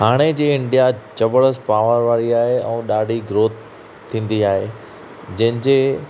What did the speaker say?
हाणे जीअं इंडिया ज़बरदस्त पावर वारी आहे ऐं ॾाढी ग्रोथ थींदी आहे जंहिंजे